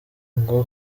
ngo